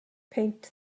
paint